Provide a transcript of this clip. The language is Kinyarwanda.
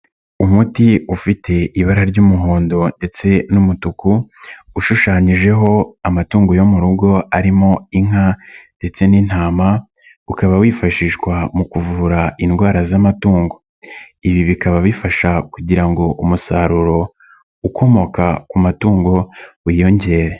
Umuti ufite ibara ry'umuhondo ndetse n'umutuku ushushanyijeho amatungo yo mu rugo arimo inka ndetse n'intama ukaba wifashishwa mu kuvura indwara z'amatungo, ibi bikaba bifasha kugira ngo umusaruro ukomoka ku matungo wiyongere.